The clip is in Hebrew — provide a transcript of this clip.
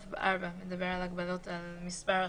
8(א)(4) מדבר על הגבלות על מספר השוהים.